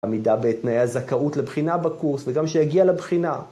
עמידה בתנאי הזכאות לבחינה בקורס וגם כשיגיע לבחינה.